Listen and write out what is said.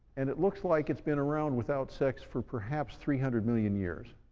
and it looks like it's been around without sex for perhaps three hundred million years.